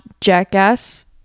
Jackass